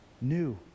new